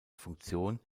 funktion